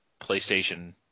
PlayStation